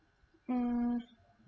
err